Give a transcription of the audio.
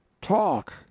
Talk